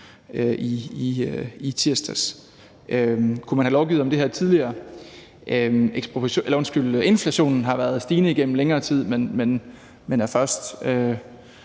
i tirsdags. Kunne man have lovgivet om det her tidligere? Inflationen har været stigende igennem længere tid, men har først